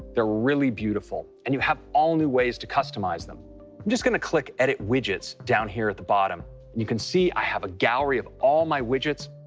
they're really beautiful. and you have all-new ways to customize them. i'm just gonna click edit widgets down here at the bottom. you can see i have a gallery of all my widgets,